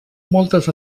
moltes